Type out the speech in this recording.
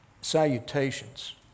salutations